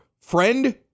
Friend